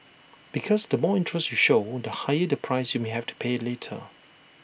because the more interest you show wound the higher the price you may have to pay later